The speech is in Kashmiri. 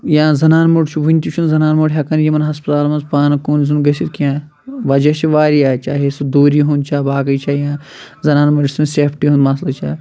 یا زنان موٚڈ چھُ وُنہِ تہِ چھِنہٕ زنان موٚڈ ہیٚکان یِمَن ہَسپتالَن منٛز پانہٕ کُن زُن گٔژھتھ کیٚنٛہہ وجہ چھِ واریاہ چاہے سُہ دوٗری ہُنٛد چھا باقٕے چھا یا زَنان مٔڈۍ سُنٛد سیفٹی ہُنٛد مسلہٕ چھا